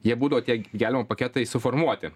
jie būdavo tie gelbėjimo paketai suformuoti